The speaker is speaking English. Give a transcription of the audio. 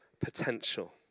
potential